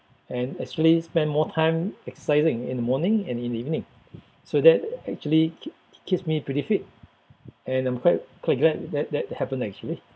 and actually spend more time exercising in the morning and in the evening so that actually keep keeps me pretty fit and I'm quite quite glad that that happened actually